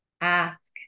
ask